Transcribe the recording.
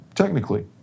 Technically